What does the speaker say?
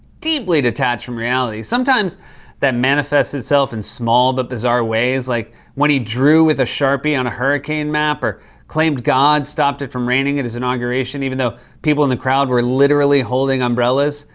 deeply detached from reality. sometimes that manifests itself in small but bizarre ways, like when he drew with a sharpie on a hurricane map or claimed god stopped it from raining at his inauguration, even though people in the crowd were literally holding umbrellas.